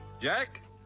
Jack